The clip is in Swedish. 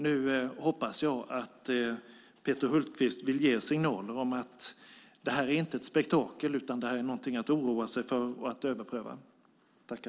Nu hoppas jag att Peter Hultqvist vill ge signaler om att det här inte är ett spektakel, utan att det är något att oroa sig för och att överpröva.